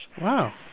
Wow